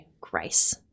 grace